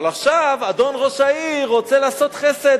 אבל עכשיו אדון ראש העיר רוצה לעשות חסד